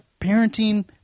parenting